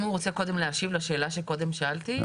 אם הוא רוצה קודם להשיב לשאלה שקודם שאלתי.